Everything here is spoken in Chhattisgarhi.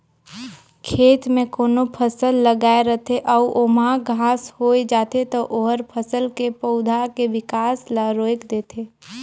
खेत में कोनो फसल लगाए रथे अउ ओमहा घास होय जाथे त ओहर फसल के पउधा के बिकास ल रोयक देथे